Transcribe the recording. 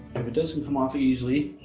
if it doesn't come off easily,